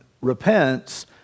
repents